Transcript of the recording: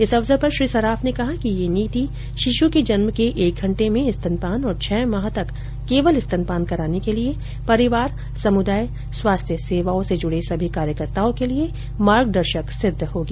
इस अवसर पर श्री सराफ ने कहा कि यह नीति शिशु के जन्म के एक घंटे में स्तनपान और छह माह तक केवल स्तनपान कराने के लिए परिवार समुदाय स्वास्थ्य सेवाओं से जुड़े सभी कार्यकर्ताओं के लिए मार्ग दर्शक सिद्ध होगी